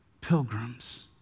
pilgrims